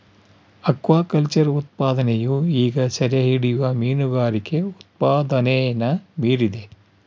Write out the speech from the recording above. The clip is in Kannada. ಅಕ್ವಾಕಲ್ಚರ್ ಉತ್ಪಾದನೆಯು ಈಗ ಸೆರೆಹಿಡಿಯುವ ಮೀನುಗಾರಿಕೆ ಉತ್ಪಾದನೆನ ಮೀರಿದೆ